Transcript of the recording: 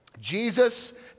Jesus